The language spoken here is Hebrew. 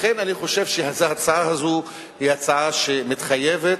לכן אני חושב שההצעה הזו היא הצעה שמתחייבת.